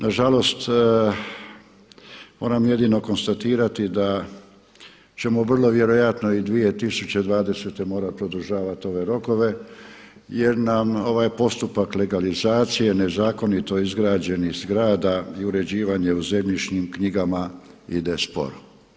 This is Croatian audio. Nažalost moram jedino konstatirati da ćemo vrlo vjerojatno i 2020. morati produžavati ove rokove jer nam ovaj postupak legalizacije nezakonito izgrađenih zgrada i uređivanje u zemljišnim knjigama ide sporo.